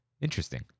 interesting